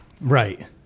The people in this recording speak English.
Right